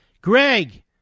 Greg